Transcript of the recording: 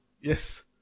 Yes